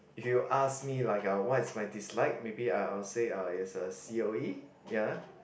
if you ask me like uh what is my dislike maybe I'll I'll say is uh c_o_e ya